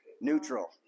Neutral